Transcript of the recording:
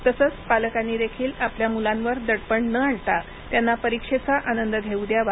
तसंच पालकांनी देखील आपल्या मुलांवर दबाव न आणता त्यांना परीक्षेचा आनंद घेऊ द्यावा